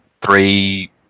three